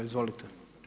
Izvolite.